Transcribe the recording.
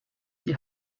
die